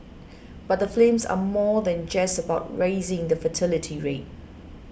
but the films are more than just about raising the fertility rate